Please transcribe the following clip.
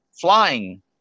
flying